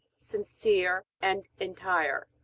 sincere, and entire.